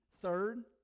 Third